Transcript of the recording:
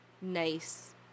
nice